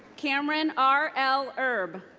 cameran r. l. erb.